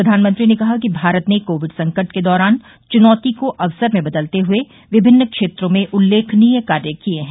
प्रधानमंत्री ने कहा कि भारत ने कोविड संकट के दौरान चुनौती को अवसर में बदलते हए विभिन्न क्षेत्रों में उल्लेखनीय कार्य किए हैं